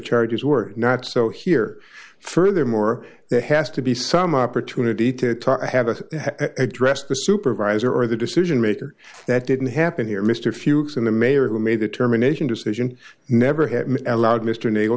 charges were not so here furthermore there has to be some opportunity to have a addressed the supervisor or the decision maker that didn't happen here mr fuchs and the mayor who made that determination decision never had a loud mr unable